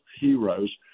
heroes